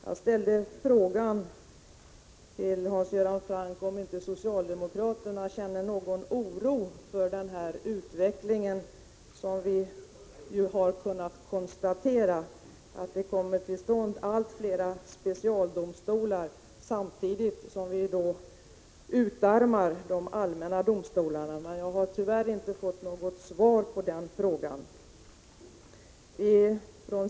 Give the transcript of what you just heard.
Jag frågade honom om inte socialdemokraterna känner någon oro för den utveckling som vi har kunnat konstatera, nämligen detta att det kommer till stånd allt fler specialdomstolar samtidigt som vi utarmar de allmänna domstolarna. Tyvärr har jag inte fått något svar på den frågan.